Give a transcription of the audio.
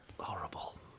Horrible